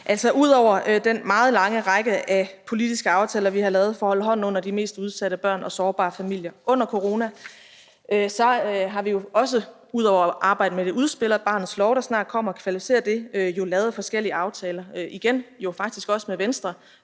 Altså, ud over den meget lange række af politiske aftaler, vi har lavet for at holde hånden under de mest udsatte børn og sårbare familier under corona, så har vi også ud over at arbejde med at kvalificere det udspil til barnets lov, der snart kommer, jo lavet forskellige aftaler og igen faktisk også med Venstre;